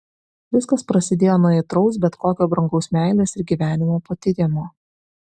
viskas prasidėjo nuo aitraus bet tokio brangaus meilės ir gyvenimo patyrimo